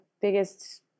biggest